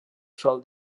sol